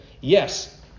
Yes